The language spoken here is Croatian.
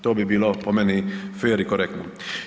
To bi bilo po meni fer i korektno.